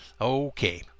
Okay